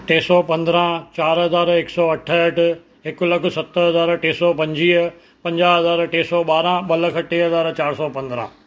टे सौ पंद्रहं चारि हज़ार हिकु सौ अठहठि हिकु लखु सत हज़ार टे सौ पंजुवीह पंजाहु हज़ार टे सौ ॿारहं ॿ लख टे हज़ार चारि सौ पंद्रहं